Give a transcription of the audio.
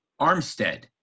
Armstead